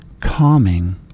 calming